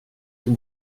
two